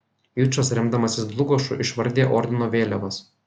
jučas remdamasis dlugošu išvardija ordino vėliavas